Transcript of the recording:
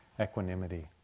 equanimity